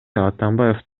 атамбаев